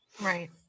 Right